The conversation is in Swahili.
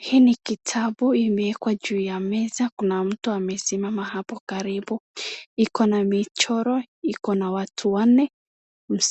Hii ni kitabu imeekwa juu ya meza, mtu amesimama hapo kando. Ikona michoro, ikona watu wanne